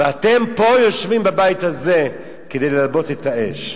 ואתם פה יושבים בבית הזה כדי ללבות את האש.